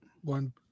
one